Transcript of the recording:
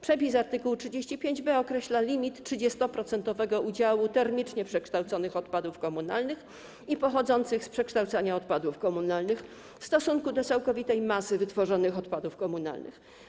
Przepis art. 35b określa limit 30-procentowego udziału termicznie przekształconych odpadów komunalnych i pochodzących z przekształcania odpadów komunalnych w stosunku do całkowitej masy wytworzonych odpadów komunalnych.